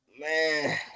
man